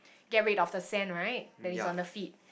get rid of the sand right that is on the feet